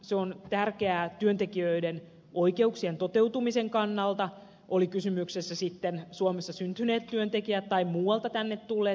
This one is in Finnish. se on tärkeää työntekijöiden oikeuksien toteutumisen kannalta olivat kysymyksessä sitten suomessa syntyneet työntekijät tai muualta tänne tulleet työntekijät